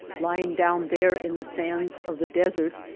lying down there in the sands of the desert.